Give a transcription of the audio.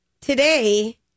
today